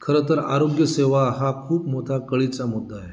खरं तर आरोग्य सेवा हा खूप मोठा कळीचा मुद्दा आहे